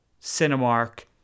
Cinemark